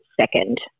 second